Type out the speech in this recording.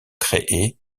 créés